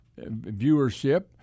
viewership